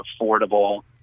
affordable